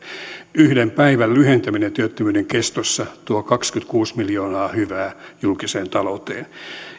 yhden päivän lyhentäminen työttömyyden kestossa tuo kaksikymmentäkuusi miljoonaa hyvää julkiseen talouteen